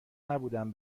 نبودم